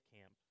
camp